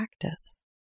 practice